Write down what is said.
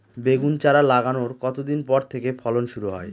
বেগুন চারা লাগানোর কতদিন পর থেকে ফলন শুরু হয়?